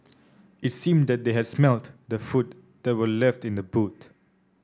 it seemed that they had smelt the food that were left in the boot